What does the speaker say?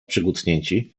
przykucnięci